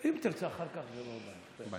אם תרצה אחר כך, זה לא בעיה.